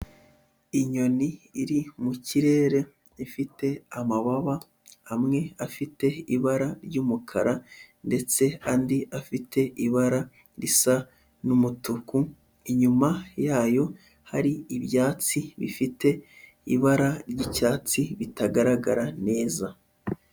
Inyoni iri mu kirere ifite amababa, amwe afite ibara ry'umukara ndetse andi afite ibara risa n'umutuku, inyuma yayo hari ibyatsi bifite ibara ry'icyatsi bitagaragara neza.